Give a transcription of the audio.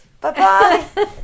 Bye-bye